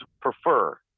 prefer